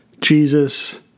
Jesus